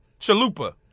Chalupa